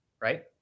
right